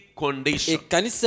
condition